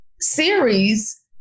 series